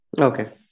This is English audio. Okay